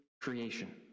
creation